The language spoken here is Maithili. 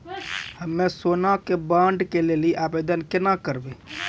हम्मे सोना के बॉन्ड के लेली आवेदन केना करबै?